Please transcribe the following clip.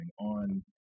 on